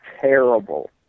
terrible